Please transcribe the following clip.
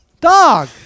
dog